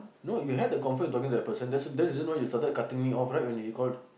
no you had the comfort talking to that person that's that is why you started cutting me off right when he called